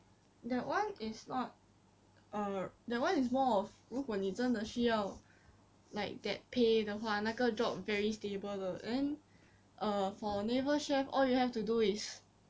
that one is not err that one is more 如果你真的需要 like that pay 的话那个 job very stable 的 then err for naval chefs all you have to do is